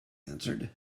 answered